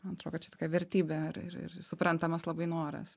man atrodo kad čia tokia vertybė ir ir ir suprantamas labai noras